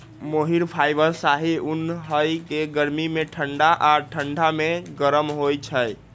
मोहिर fibre शाहि उन हइ के गर्मी में ठण्डा आऽ ठण्डा में गरम होइ छइ